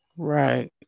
Right